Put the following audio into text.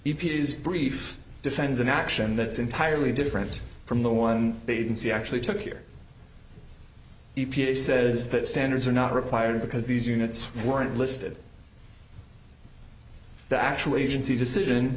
units brief defends an action that's entirely different from the one they didn't see actually took here e p a says that standards are not required because these units weren't listed the actual agency decision